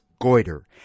goiter